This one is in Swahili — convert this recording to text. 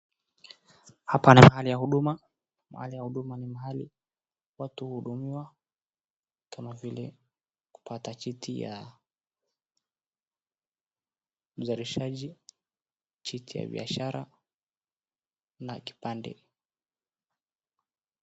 Hapa ni mahali ya huduma. Mahali ya huduma ni mahali watu hudumiwa kama vile kupata cheti ya unzalishaji, cheti ya biashara na kipande.